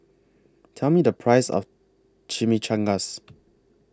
Tell Me The Price of Chimichangas